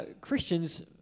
christians